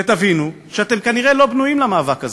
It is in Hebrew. ותבינו שאתם כנראה לא בנויים למאבק הזה,